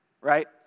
Right